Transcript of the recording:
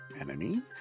enemy